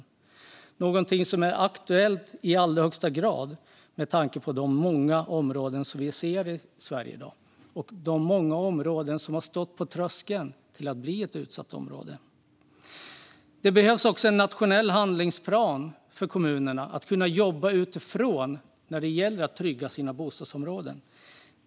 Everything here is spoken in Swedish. Det är någonting som i allra högsta grad är aktuellt med tanke på de många utsatta områden som vi ser i Sverige i dag och de många områden som står på tröskeln till att bli ett utsatt område. Det behövs också en nationell handlingsplan för kommunerna att kunna jobba utifrån för att trygga sina bostadsområden.